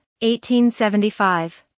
1875